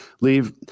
leave